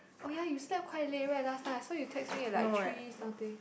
oh ya you slept quite late right last night I saw you text me at like three something